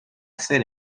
ser